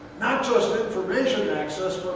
not just information access,